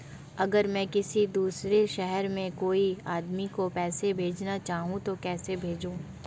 अगर मैं किसी दूसरे शहर में कोई आदमी को पैसे भेजना चाहूँ तो कैसे भेजूँ?